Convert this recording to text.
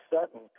Sutton